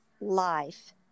life